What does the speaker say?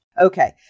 Okay